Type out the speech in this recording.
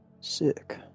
Sick